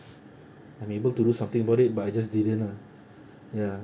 I'm able to do something about it but I just didn't lah ya